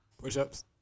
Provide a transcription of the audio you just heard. Push-ups